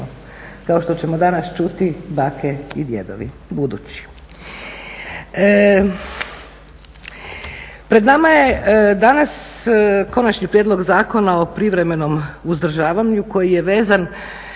kao što ćemo danas čuti bake i djedovi budući. Pred nama je danas Konači prijedlog zakona o privremenom uzdržavanju koji je vezan